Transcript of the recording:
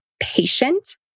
patient